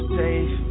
safe